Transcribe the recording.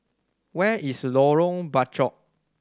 where is Lorong Bachok